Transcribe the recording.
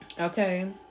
okay